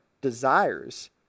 desires